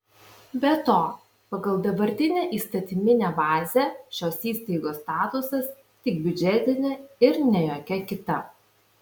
be to pagal dabartinę įstatyminę bazę šios įstaigos statusas tik biudžetinė ir ne jokia kita